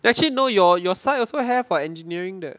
they actually know your your side also have [what] engineering 的